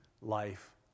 life